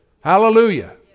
Hallelujah